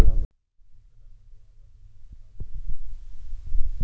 मी प्रधानमंत्री आवास योजनेचा लाभ घेऊ शकते का?